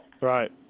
Right